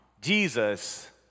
Jesus